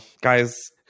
Guys